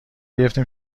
گرفتیم